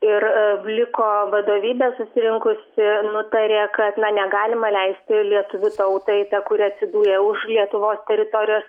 ir vliko vadovybė susirinkusi nutarė kad na negalima leisti lietuvių tautai kuri atsidūrė už lietuvos teritorijos